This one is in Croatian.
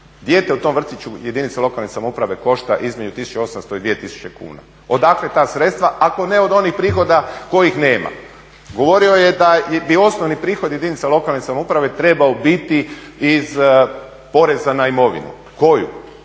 Dijete u tom vrtiću jedinica lokalne samouprave košta između 1800 i 2000 kuna. Odakle ta sredstva ako ne od onih prihoda kojih nema? Govorio je da bi osnovni prihodi jedinica lokalne samouprave trebao biti iz poreza na imovinu. Koju?